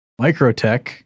Microtech